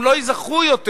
הם לא ייזכרו יותר.